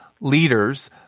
leaders